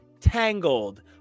Tangled